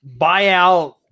buyout